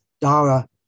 Dara